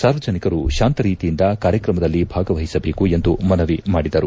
ಸಾರ್ವಜನಿಕರು ಶಾಂತರೀತಿಯಿಂದ ಕಾರ್ಯಕ್ರಮದಲ್ಲಿ ಭಾಗವಹಿಸಬೇಕು ಎಂದು ಮನವಿ ಮಾಡಿದರು